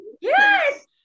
yes